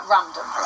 Random